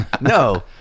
No